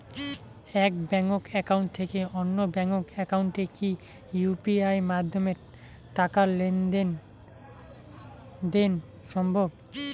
এক bank account থেকে অন্য ব্যাংক একাউন্টে কি ইউ.পি.আই মাধ্যমে টাকার লেনদেন দেন সম্ভব?